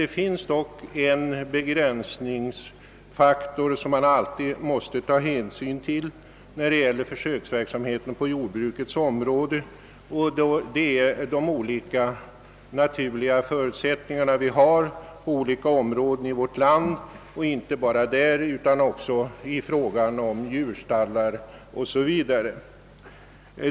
Det finns dock en begränsningsfaktor som man alltid måste ta hänsyn till när det gäller försöksverksamheten på jordbruksområdet, nämligen de olika naturliga förutsättningar vi har på olika områden i vårt land, och inte bara där utan också i fråga om djurstallar 0. s. v.